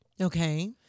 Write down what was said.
Okay